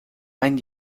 ein